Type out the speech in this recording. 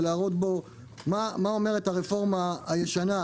ולהראות בו מה אומרת הרפורמה הישנה,